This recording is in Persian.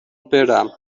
برم